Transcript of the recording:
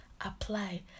apply